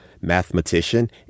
mathematician